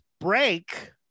break